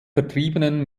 vertriebenen